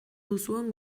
duzuen